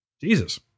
Jesus